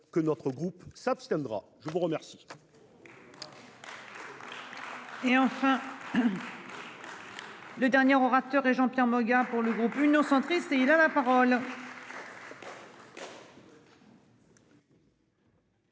que notre groupe s'abstiendra. Je vous remercie.